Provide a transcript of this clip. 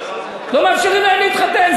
לא מאפשרים להם להתחתן.